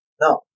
no